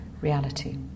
reality